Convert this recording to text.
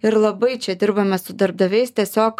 ir labai čia dirbame su darbdaviais tiesiog